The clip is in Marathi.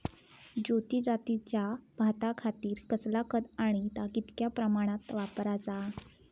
ज्योती जातीच्या भाताखातीर कसला खत आणि ता कितक्या प्रमाणात वापराचा?